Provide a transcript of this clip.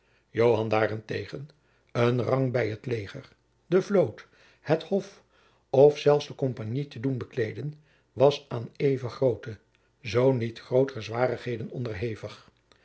daarentegen een rang bij het leger de vloot het hof of zelfs de compagnie te doen bekleeden was aan even grootte zoo niet grootere zwarigheden onderhevig